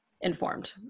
informed